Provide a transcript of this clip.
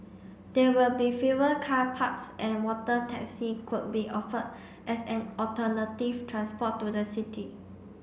there will be fewer car parks and water taxi could be offered as an alternative transport to the city